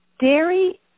Dairy